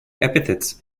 epithets